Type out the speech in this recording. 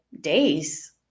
days